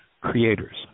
creators